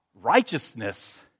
righteousness